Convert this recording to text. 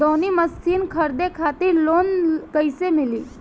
दऊनी मशीन खरीदे खातिर लोन कइसे मिली?